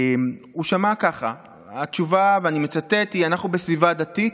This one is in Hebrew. את התשובה, ואני מצטט: אנחנו בסביבה דתית,